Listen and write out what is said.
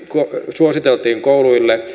suositeltiin kouluille